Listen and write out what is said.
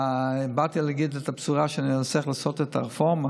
באתי כדי להגיד את הבשורה שאני מצליח לעשות את הרפורמה.